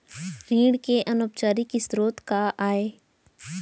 ऋण के अनौपचारिक स्रोत का आय?